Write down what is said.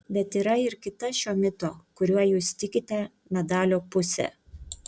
bet yra ir kita šio mito kuriuo jūs tikite medalio pusė